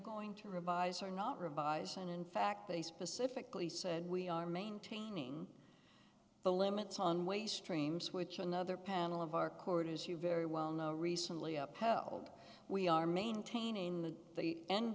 going to revise or not revise and in fact they specifically said we are maintaining the limits on waste stream switcher another panel of our court as you very well know recently up held we are maintaining the end